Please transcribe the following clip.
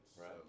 right